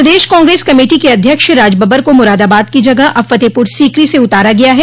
प्रदेश Congress committee के अध्यक्ष राजबब्बर को मुरादाबाद की जगह अब फतेहपुर सीकरी से उतारा गया है